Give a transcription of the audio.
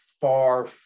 far